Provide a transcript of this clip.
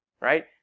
right